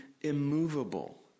immovable